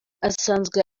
asanzwe